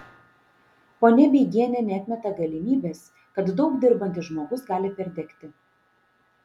ponia beigienė neatmeta galimybės kad daug dirbantis žmogus gali perdegti